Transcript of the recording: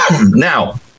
Now